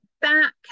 back